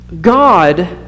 God